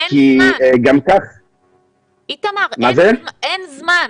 אין זמן.